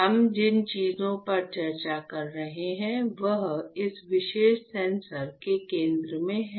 हम जिन चीजों पर चर्चा कर रहे हैं वह इस विशेष सेंसर के केंद्र में है